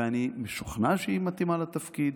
ואני משוכנע שהיא מתאימה לתפקיד.